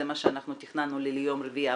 זה מה שתכננו ליום רביעי הבא,